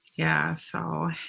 yeah. so.